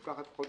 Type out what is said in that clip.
זה לוקח חודשים.